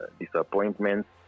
disappointments